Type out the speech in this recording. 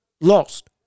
lost